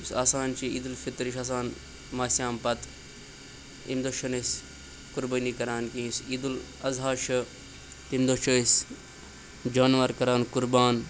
یُس آسان چھِ عیدالفطر یہِ چھِ آسان ماہ صیام پَتہٕ امہِ دۄہ چھِنہٕ أسۍ قُربٲنی کَران کیٚنٛہہ یُس عیٖدالاضحیٰ چھِ تمہِ دۄہ چھِ أسۍ جانور کَران قُربان